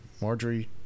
Marjorie